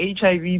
hiv